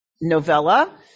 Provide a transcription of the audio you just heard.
novella